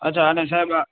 અચ્છા અને સાહેબ